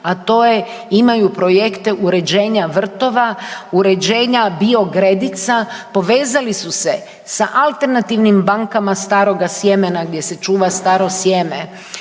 a to je, imaju projekte uređenja vrtova, uređenja biogredica, povezali su se sa alternativnim bankama staroga sjemena gdje se čuva staro sjeme,